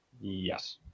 Yes